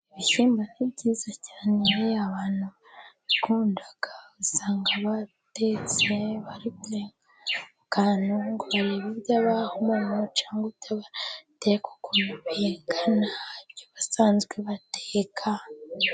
Ibishyimbo ni byiza cyane abantu barabikunda, usanga batetse barikurenga ahantu kugira ngo ibyo baha umuntu cyangwa ibyo bateka, kuko mu bikana ibyo basanzwe bateka.